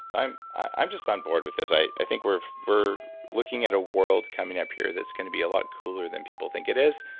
so i'm i'm just on board with this. i think we're we're looking at a world coming up here that's going to be a lot cooler than people think it is,